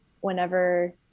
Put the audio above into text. whenever